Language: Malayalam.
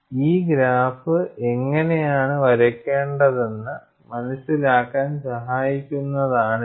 ഈ ഗ്രാഫ് എങ്ങനെയാണ് വരയ്ക്കുന്നതെന്ന് മനസിലാക്കാൻ സഹായിക്കുന്നതിനാണിത്